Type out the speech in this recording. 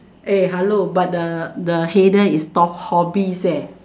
eh hello but the the header is talk hobbies eh